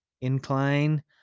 incline